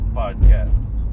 podcast